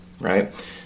right